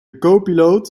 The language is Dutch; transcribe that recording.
copiloot